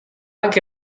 anche